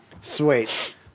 Sweet